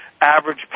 average